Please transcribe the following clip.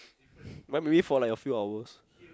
mine maybe for like a few hours